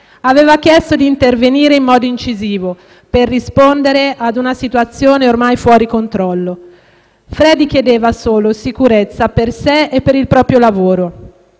aveva chiesto di intervenire in modo incisivo per rispondere a una situazione ormai fuori controllo. Fredy chiedeva solo sicurezza per sé e il proprio lavoro.